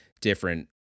different